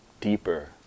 deeper